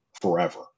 forever